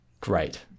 great